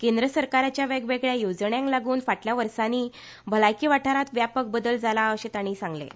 केंद्र सरकाराच्या वेगवेगल्या येवजण्यांक लागून फाटल्या वसांनी भलायकी वाठारांत व्यापक बदल जाला अशें तांणी सांगलें